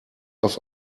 auf